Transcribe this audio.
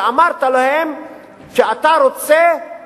אמרת להם שאתה רוצה